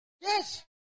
Yes